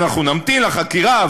אנחנו נמתין לחקירה,